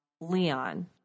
Leon